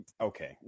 okay